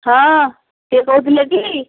ହଁ କିଏ କହୁଥିଲେ କି